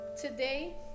Today